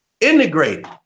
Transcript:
integrated